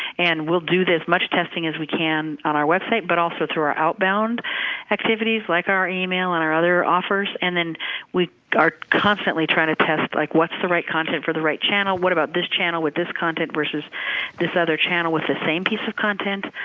and we'll do this much testing as we can on our website, but also through our outbound activities like our email and our other offers. and then we are constantly trying to test like what's the right content for the right channel. what about this channel with this content versus this other channel with this same piece of content?